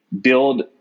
build